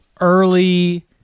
Early